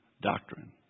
doctrine